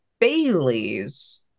Bailey's